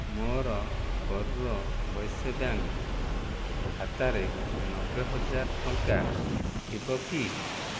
ମୋର କରୂର ବୈଶ୍ୟ ବ୍ୟାଙ୍କ ଖାତାରେ ନବେ ହଜାର ଟଙ୍କା ଥିବ କି